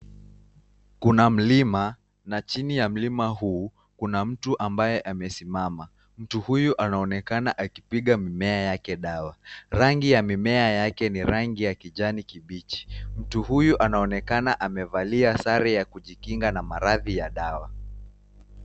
Kuna mlima na chini ya mlima huu kuna mtu ambaye amesimama. Mtu huyu anaonekana akipiga mimea yake dawa. Rangi ya mimea yake ni rangi ya kijani kibichi. Mtu huyu anaonekana amevalia sare ya kujikinga na maradhi ya dawa.